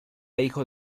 hijo